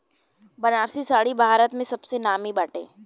बनारसी साड़ी भारत में सबसे नामी बाटे